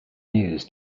news